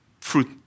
fruit